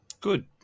Good